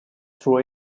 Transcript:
true